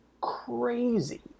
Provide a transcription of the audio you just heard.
crazy